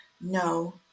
no